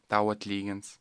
tau atlygins